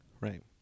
Right